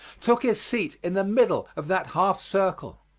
took his seat in the middle of that half circle.